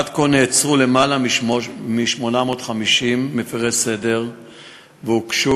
עד כה נעצרו יותר מ-850 מפרי סדר והוגשו